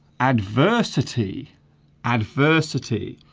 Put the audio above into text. adversity adversity